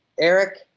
eric